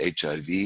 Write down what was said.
HIV